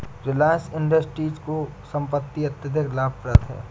Reliance Industries की संपत्ति अत्यधिक लाभप्रद है